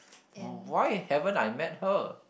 oh why haven't I met her